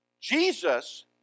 Jesus